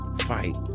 fight